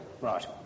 Right